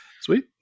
Sweet